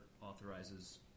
authorizes